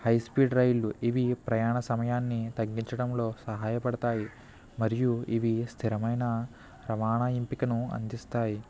high speed డ్రైవ్లు ఇవి ప్రయాణ సమయాన్ని తగ్గించడంలో సహాయపడతాయి మరియు ఇవి స్థిరమైన రవాణా ఎంపికను అందిస్తాయి